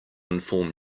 inform